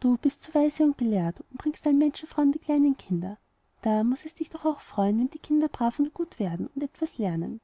du bist so weise und gelehrt und bringst allen menschenfrauen die kleinen kinder da muß es dich doch auch freuen wenn die kinder brav und gut werden und etwas lernen